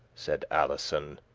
said alison